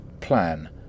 Plan